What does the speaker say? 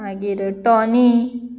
मागीर टोनी